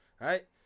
right